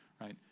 right